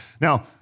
Now